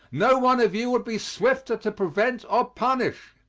no one of you would be swifter to prevent or punish.